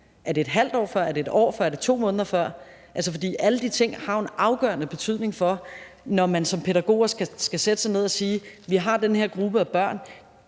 Er det ½ år før? Er det 1 år før? Er det 2 måneder før? Alle de ting har jo en afgørende betydning, når pædagoger skal sætte sig ned og sige: Vi har den her gruppe af børn.